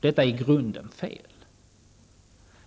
Detta är i grunden fel.